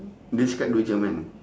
dia cakap dua jam kan